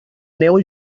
neu